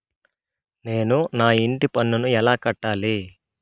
నేను నా ఇంటి పన్నును ఎలా కట్టాలి?